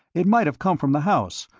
it might have come from the house,